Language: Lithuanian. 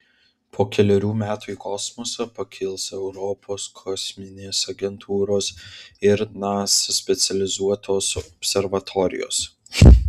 po kelerių metų į kosmosą pakils europos kosminės agentūros ir nasa specializuotos observatorijos